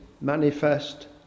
manifest